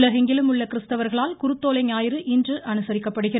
உலகெங்கிலும் உள்ள கிருஸ்தவர்களால் குருத்தோலை ஞாயிறு இன்று அனுசரிக்கப்படுகிறது